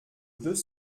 deux